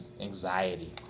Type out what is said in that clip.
anxiety